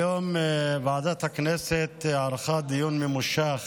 היום ועדת הכנסת ערכה דיון ממושך